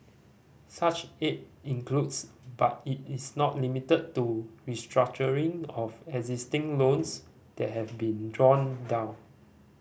such aid includes but it is not limited to restructuring of existing loans that have been drawn down